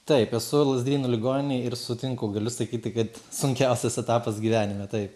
taip esu lazdynų ligoninėj ir sutinku galiu sakyti kad sunkiausias etapas gyvenime taip